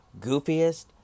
goofiest